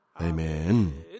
Amen